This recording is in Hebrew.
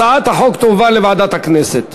הצעת החוק תועבר לוועדת הכנסת